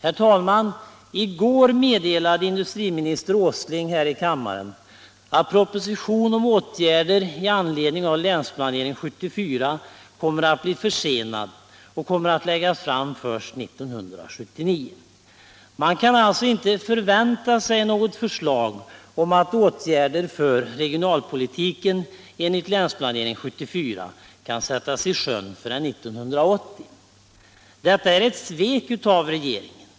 Herr talman! I går meddelade industriminister Åsling här i kammaren att propositionen om åtgärder i anledning av Länsplanering 74 kommer att bli försenad och kommer att läggas fram först 1979. Man kan alltså inte förvänta sig att något förslag om åtgärder för regionalpolitiken enligt Länsplanering 74 kan sättas i sjön förrän 1980. Detta är ett svek av regeringen.